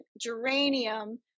geranium